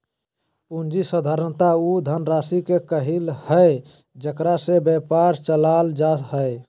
पूँजी साधारणतय उ धनराशि के कहइ हइ जेकरा से व्यापार चलाल जा हइ